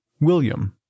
William